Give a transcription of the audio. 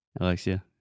Alexia